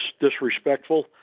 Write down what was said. disrespectful